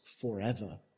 forever